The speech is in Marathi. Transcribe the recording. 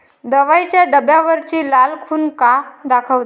दवाईच्या डब्यावरची लाल खून का दाखवते?